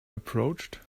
approached